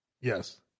Yes